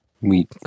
Wheat